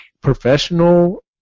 professional